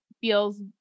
feels